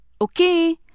Okay